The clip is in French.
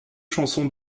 chansons